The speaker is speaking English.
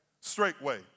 Straightway